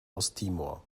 osttimor